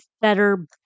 Better